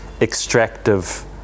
extractive